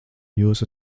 jūs